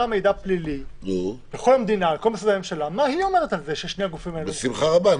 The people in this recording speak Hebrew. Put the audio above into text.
המידע הפלילי בכל משרדי הממשלה אומרת על זה ששני הגופים האלה מוחרגים.